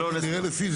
נראה לפי זה.